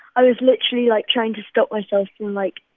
i was literally, like, trying to stop myself from, like,